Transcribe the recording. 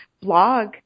blog –